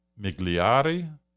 Migliari